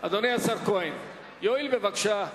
אדוני השר, יואיל בבקשה,